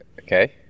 Okay